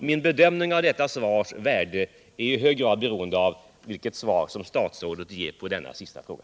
Min bedömning av det lämnade svarets värde är i hög grad beroende av vilket svar statsrådet ger på denna sista fråga.